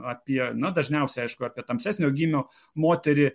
apie na dažniausiai aišku apie tamsesnio gymio moterį